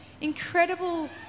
incredible